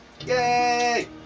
Yay